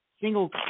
single